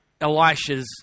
Elisha's